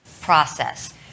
process